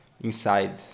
inside